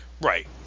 Right